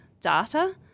data